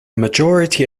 majority